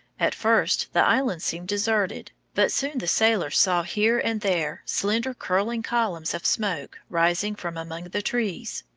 at first the island seemed deserted, but soon the sailors saw here and there slender curling columns of smoke rising from among the trees.